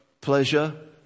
pleasure